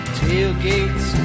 tailgates